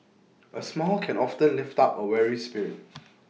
A small can often lift up A weary spirit